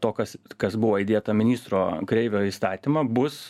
to kas kas buvo įdėta ministro kreivio į įstatymą bus